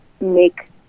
make